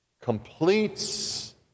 completes